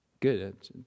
Good